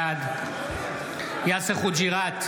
בעד יאסר חוג'יראת,